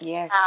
Yes